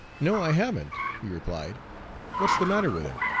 no, i haven't, he replied what's the matter with him?